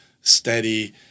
steady